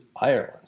Ireland